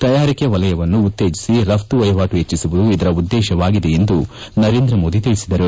ತಯಾರಿಕೆ ವಲಯವನ್ನು ಉತ್ತೇಜಿಸಿ ರಫ್ತು ವಹಿವಾಟು ಹೆಚ್ಚಿಸುವುದು ಇದರ ಉದ್ಲೇಶವಾಗಿದೆ ಎಂದು ನರೇಂದ್ರ ಮೋದಿ ತಿಳಿಸಿದರು